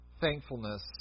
thankfulness